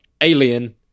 alien